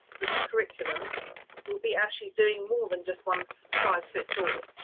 the curriculum will be actually doing more than just one size fits all.